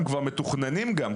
הם כבר מתוכננים גם,